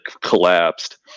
collapsed